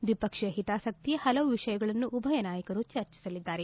ದ್ವಿಪಕ್ಷೀಯ ಹಿತಾಸಕ್ತಿಯ ಪಲವು ವಿಷಯಗಳನ್ನು ಉಭಯ ನಾಯಕರು ಚರ್ಚಿಸಲಿದ್ದಾರೆ